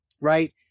right